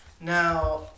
Now